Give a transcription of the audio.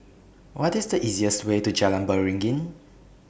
What IS The easiest Way to Jalan Beringin